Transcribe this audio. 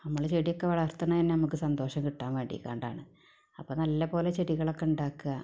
നമ്മള് ചെടിയൊക്കെ വളർത്തുന്നത് നമുക്ക് സന്തോഷം കിട്ടാൻ വേണ്ടിയിട്ടാണ് അപ്പോൾ നല്ലത് പോലെ ചെടികളൊക്കെ ഉണ്ടാക്കുക